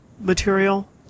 material